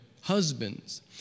husbands